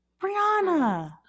Brianna